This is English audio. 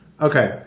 Okay